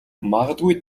магадгүй